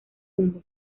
mundo